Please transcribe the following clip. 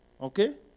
Okay